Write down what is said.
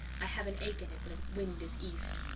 i have an ache in it when the wind is east.